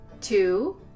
two